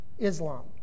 Islam